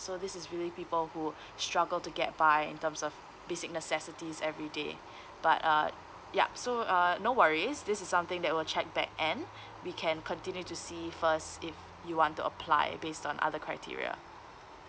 so this is really people who struggle to get by in terms of basic necessities every day but uh yup so uh no worries this is something that we'll check backend we can continue to see first if you want to apply based on other criteria